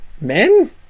men